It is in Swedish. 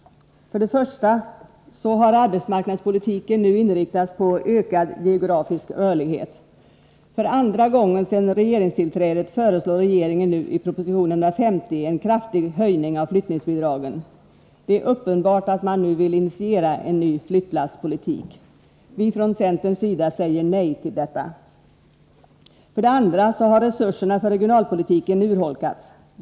1. Arbetsmarknadspolitiken inriktas nu på ökad geografisk rörlighet. För andra gången sedan regeringstillträdet föreslår regeringen i proposition 150 en kraftig höjning av flyttningsbidragen. Det är uppenbart att man vill initiera en ny flyttlasspolitik. Från centerns sida säger vi nej till detta. 2. Resurserna för regionalpolitiken urholkas.